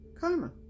Karma